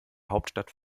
hauptstadt